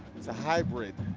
it's a hybrid,